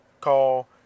call